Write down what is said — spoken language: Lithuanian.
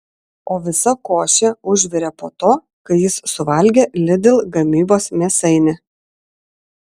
o visa košė užvirė po to kai jis suvalgė lidl gamybos mėsainį